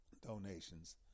donations